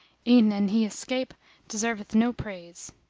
e'en an he scape deserveth no praise.